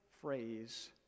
phrase